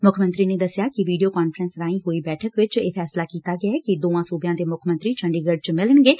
ਮੁੱਖ ਮੰਤਰੀ ਨੇ ਦਸਿਐ ਕਿ ਵੀਡੀਓ ਕਾਨਫਰੰਸ ਰਾਹੀ ਹੋਈ ਬੈਠਕ ਚ ਇਹ ਫੈਸਲਾ ਕੀਤਾ ਗਿਐ ਕਿ ਦੋਵਾਂ ਸੁਬਿਆਂ ਦੇ ਮੁੱਖ ਮੰਤਰੀ ਚੰਡੀਗੜ ਚ ਮਿਲਣਗੇ